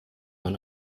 man